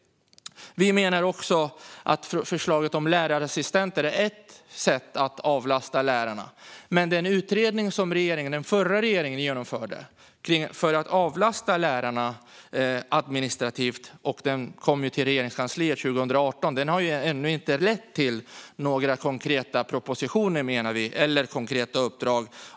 Vi menar också att förslaget om lärarassistenter är ett sätt att avlasta lärarna, men den utredning som den förra regeringen genomförde för att avlasta lärarna administrativt och som kom till Regeringskansliet 2018 har ännu inte lett till några konkreta propositioner eller uppdrag.